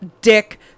dick